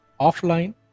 offline